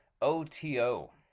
OTO